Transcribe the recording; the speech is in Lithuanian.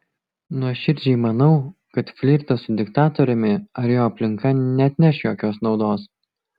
nuoširdžiai manau kad flirtas su diktatoriumi ar jo aplinka neatneš jokios naudos